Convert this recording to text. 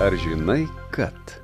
ar žinai kad